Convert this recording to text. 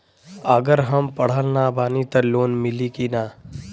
अगर हम पढ़ल ना बानी त लोन मिली कि ना?